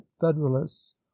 federalists